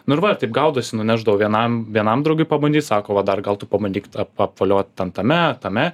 nu ir va taip gaudosi nunešdavau vienam vienam draugui pabandyt sako va dar gal tu pabandyk ap apvoliot ten tame tame